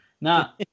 Now